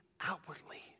outwardly